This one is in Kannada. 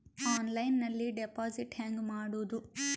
ಆನ್ಲೈನ್ನಲ್ಲಿ ಡೆಪಾಜಿಟ್ ಹೆಂಗ್ ಮಾಡುದು?